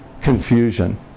confusion